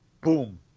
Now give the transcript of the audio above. boom